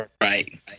right